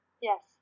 Yes